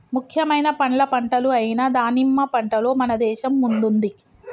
ముఖ్యమైన పండ్ల పంటలు అయిన దానిమ్మ పంటలో మన దేశం ముందుంది